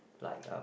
like uh